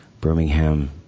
Birmingham